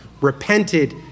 repented